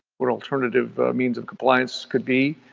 what alternative means of compliance could be,